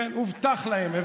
כן הובטח להם.